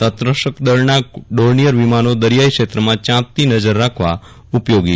તટરક્ષક દળના ડોર્નિયર વિમાનો દરિયાઈ ક્ષેત્રમાં યાંપતી નજર રાખવા ઉપયોગી છે